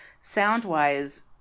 Sound-wise